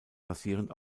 basierend